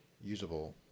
usable